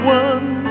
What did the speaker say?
one